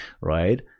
right